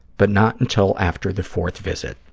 but not until after the fourth visit.